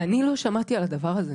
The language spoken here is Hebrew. אני לא שמעתי על הדבר הזה.